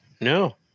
no